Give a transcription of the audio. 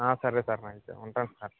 ఆ సరే సార్ అయితే ఉంటాను సార్